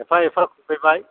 एफा एफा खुबैबाय